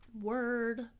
Word